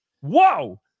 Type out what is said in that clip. Whoa